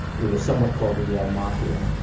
we were somewhat called the yale mafia.